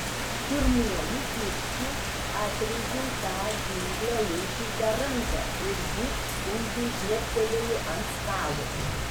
pirmuoju kirčiu atrėžiau tą ginklą laikiusią ranką ir ji sunkiai žnektelėjo ant stalo